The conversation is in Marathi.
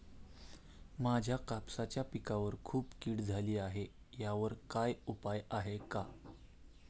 माझ्या कापसाच्या पिकावर खूप कीड झाली आहे यावर काय उपाय आहे का?